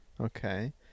Okay